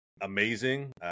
amazing